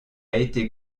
été